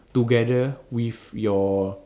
together with your